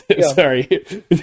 Sorry